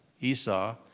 Esau